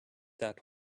that